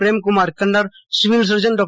Premkumar Kannar civil surgeon Dr